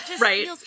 Right